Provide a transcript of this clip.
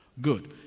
good